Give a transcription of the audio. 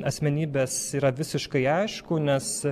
asmenybės yra visiškai aišku nes